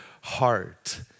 heart